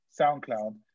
soundcloud